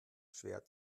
schwer